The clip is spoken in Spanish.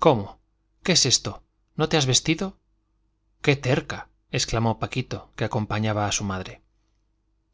cómo qué es esto no te has vestido qué terca exclamó paquito que acompañaba a su madre